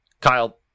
Kyle